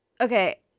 okay